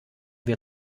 wir